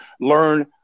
learn